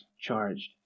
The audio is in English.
charged